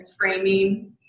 framing